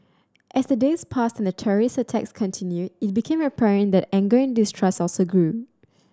as the days passed and the terrorist attacks continued it became apparent that anger and distrust also grew